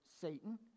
Satan